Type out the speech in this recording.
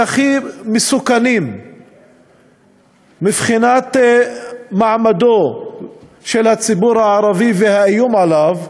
הכי מסוכנים מבחינת מעמדו של הציבור הערבי והאיום עליו,